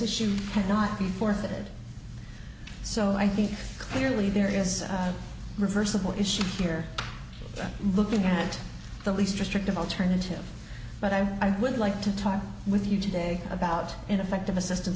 issue had not be forfeited so i think clearly there is a reversible issue here looking at the least restrictive alternative but i would like to talk with you today about ineffective assistance